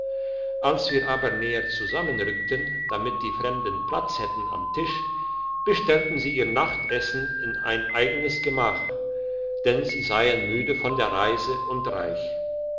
als wir aber näher zusammenrückten damit die fremden platz hätten am tisch bestellten sie ihr nachtessen in ein eigenes gemach denn sie seien müde von der reise und reich